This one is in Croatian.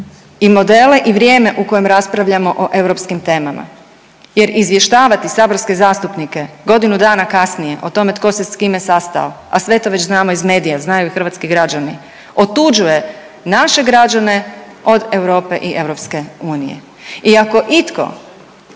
i modele i vrijeme u kojem raspravljamo o europskim temama jer izvještavati saborske zastupnike godinu dana kasnije o tome tko se s kime sastao, a sve to već znamo iz medija, znaju i hrvatski građani, otuđuje naše građane od Europe i EU i ako itko